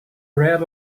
read